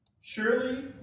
Surely